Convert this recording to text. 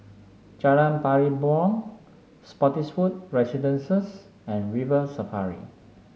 Jalan Pari Burong Spottiswoode Residences and River Safari